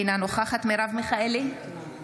אינה נוכחת מרב מיכאלי,